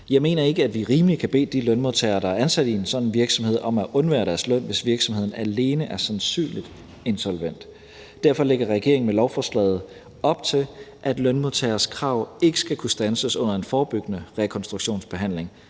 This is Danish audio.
Jeg mener ikke, at vi rimeligt kan bede de lønmodtager, der er ansat i en sådan virksomhed, om at undvære deres løn, hvis virksomheden alene er sandsynligt insolvent. Derfor lægger regeringen med lovforslaget op til, at lønmodtageres krav ikke skal kunne standses under en forebyggende rekonstruktionsbehandling.